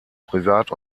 privat